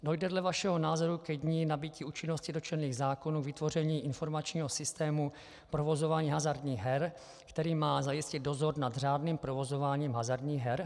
Dojde dle vašeho názoru ke dni nabytí účinnosti dotčených zákonů k vytvoření informačního systému provozování hazardních her, který má zajistit dozor nad řádným provozováním hazardních her?